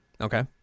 Okay